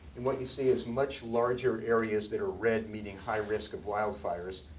and what you see is much larger areas that are red, meaning high risk of wildfires,